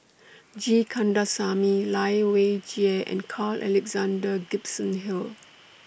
G Kandasamy Lai Weijie and Carl Alexander Gibson Hill